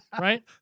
right